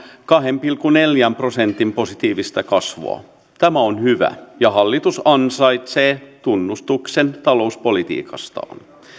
kahden pilkku neljän prosentin positiivista kasvua tämä on hyvä ja hallitus ansaitsee tunnustuksen talouspolitiikastaan